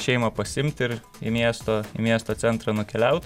šeimą pasiimt ir į miesto į miesto centrą nukeliaut